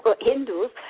Hindus